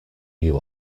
new